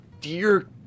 dear